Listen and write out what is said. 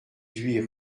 huit